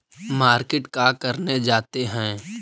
Market का करने जाते हैं?